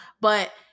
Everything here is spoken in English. But-